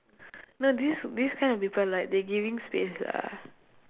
no this this kind of people like they giving space lah